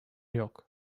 yok